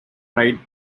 right